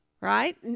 right